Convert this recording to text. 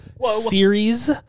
series